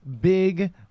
big